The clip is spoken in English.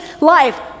life